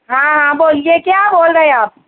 ہاں ہاں بولیے کیا بول رہے ہیں آپ